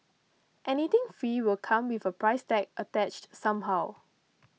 anything free will come with a price tag attached somehow